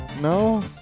No